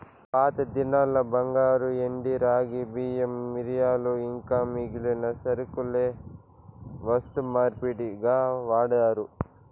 పాతదినాల్ల బంగారు, ఎండి, రాగి, బియ్యం, మిరియాలు ఇంకా మిగిలిన సరకులే వస్తు మార్పిడిగా వాడారు